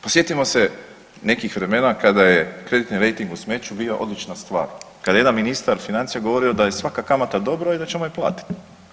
Pa sjetimo se nekih vremena kada je kreditni rejting u smeću bio odlična stvar, kada je jedan ministar financija govorio da je svaka kamata dobra i da ćemo je platiti.